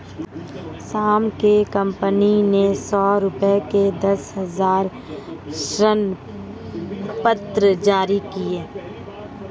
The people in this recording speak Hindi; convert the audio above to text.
श्याम की कंपनी ने सौ रुपये के दस हजार ऋणपत्र जारी किए